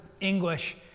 English